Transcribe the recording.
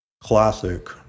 classic